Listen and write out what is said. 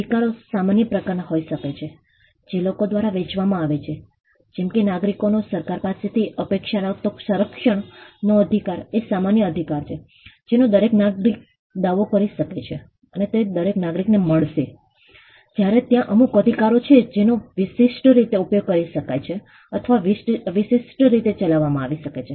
અધિકારો સામાન્ય પ્રકારના હોઈ શકે છે જે લોકો દ્વારા વહેંચવામાં આવે છે જેમ કે નાગરિકનો સરકાર પાસેથી અપેક્ષા રાખતો સંરક્ષણનો અધિકાર એ સામાન્ય અધિકાર છે જેનો દરેક નાગરિક દાવો કરી શકે છે અને તે દરેક નાગરિકને મળશે જ્યારે ત્યાં અમુક અધિકાર છે જેનો વિશિષ્ટ રીતે ઉપયોગ કરી શકાય છે અથવા વિશિષ્ટ રીતે ચલાવવામાં આવી શકે છે